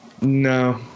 No